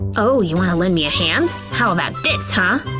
oh, you wanna lend me a hand? how about this, huh?